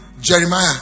Jeremiah